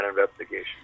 investigation